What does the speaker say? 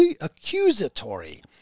accusatory